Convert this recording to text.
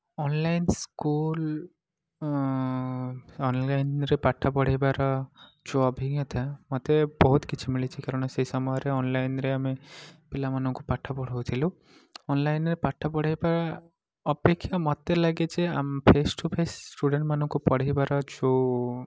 online school ଅନଲାଇନରେ ପାଠ ପଢ଼େଇବାର ଯେଉଁ ଅଭିଜ୍ଞତା ମୋତେ ବହୁତ କିଛି ମିଳିଛି କାରଣ ସେ ସମୟରେ ଅନଲାଇନରେ ଆମେ ପିଲାମାନଙ୍କୁ ପାଠ ପଢ଼ାଉଥିଲୁ ଅନଲାଇନରେ ପାଠ ପଢ଼େଇବା ଅପେକ୍ଷା ମୋତେ ଲାଗେ ଯେ ଫେସ ଟୁ ଫେସ ଷ୍ଟୁଡ଼େଣ୍ଟମାନଙ୍କୁ ପଢ଼ାଇବାର ଯେଉଁ